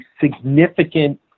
significant